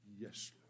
Yes